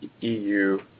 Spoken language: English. EU